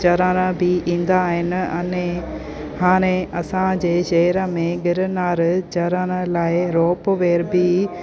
चरण बि ईंदा आहिनि अने हाणे असांजे शहर में गिरनार चढ़ण लाइ रोप वेअर बि